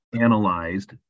analyzed